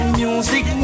music